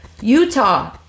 Utah